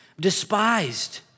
despised